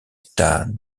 états